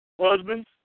Husbands